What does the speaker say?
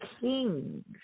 kings